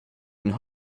and